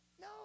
No